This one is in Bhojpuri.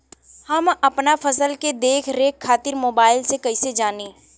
हम अपना फसल के देख रेख खातिर मोबाइल से कइसे जानी?